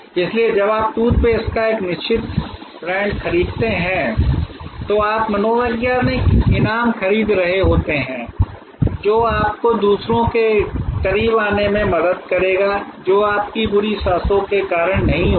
इसलिए जब आप टूथपेस्ट का एक निश्चित ब्रांड खरीदते हैं तो आप मनोवैज्ञानिक इनाम खरीद रहे होते हैं जो आपको दूसरों के करीब आने में मदद करेगा जो आपकी बुरी सांसों के कारण नहीं होगा